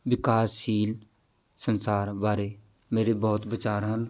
ਵਿਕਾਸਸ਼ੀਲ ਸੰਸਾਰ ਬਾਰੇ ਮੇਰੇ ਬਹੁਤ ਵਿਚਾਰ ਹਨ